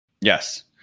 yes